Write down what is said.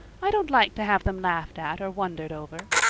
i don't like to have them laughed at or wondered over.